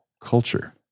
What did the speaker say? culture